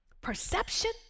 Perception